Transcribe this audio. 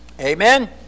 Amen